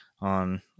on